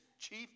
chief